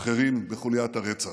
אחרים בחוליית הרצח.